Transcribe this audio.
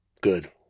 good